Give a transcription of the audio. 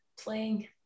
playing